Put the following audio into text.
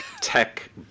tech